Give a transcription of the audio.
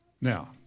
Now